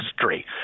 history